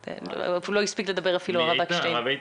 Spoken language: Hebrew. הוא אפילו לא להספיק לדבר, הרב אקשטיין.